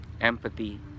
empathy